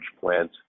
plant